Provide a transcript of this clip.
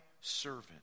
servant